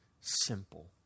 simple